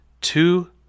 two